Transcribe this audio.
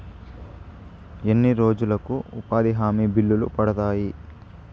ఎన్ని రోజులకు ఉపాధి హామీ బిల్లులు పడతాయి?